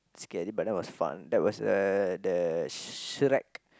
scary but that was fun that was uh the Shrek